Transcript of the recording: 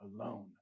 Alone